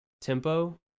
tempo